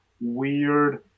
weird